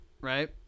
right